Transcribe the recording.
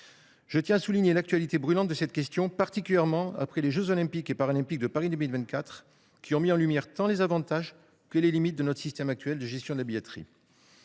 Je tiens à souligner l’actualité brûlante de cette question, particulièrement après les jeux Olympiques et Paralympiques de Paris 2024, qui ont mis en lumière tant les avantages que les limites de notre système actuel de gestion de la billetterie.